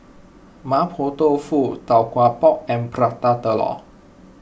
Mapo Tofu Tau Kwa Pau and Prata Telur